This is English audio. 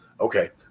Okay